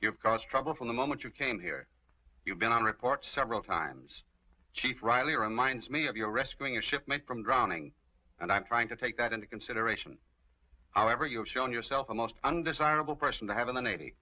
have cause trouble from the moment you came here you've been on report several times chief riley reminds me of your rescuing your shipment from drowning and i'm trying to take that into consideration however you are shown yourself a most undesirable person to have in